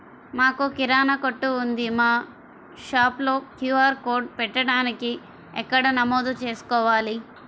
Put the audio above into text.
మాకు కిరాణా కొట్టు ఉంది మా షాప్లో క్యూ.ఆర్ కోడ్ పెట్టడానికి ఎక్కడ నమోదు చేసుకోవాలీ?